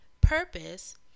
purpose